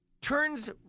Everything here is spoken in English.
turns